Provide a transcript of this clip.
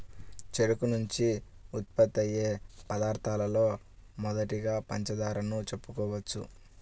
చెరుకు నుంచి ఉత్పత్తయ్యే పదార్థాలలో మొదటిదిగా పంచదారను చెప్పుకోవచ్చు